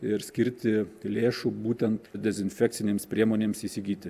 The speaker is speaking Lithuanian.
ir skirti lėšų būtent dezinfekcinėms priemonėms įsigyti